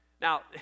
Now